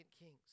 Kings